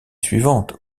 suivante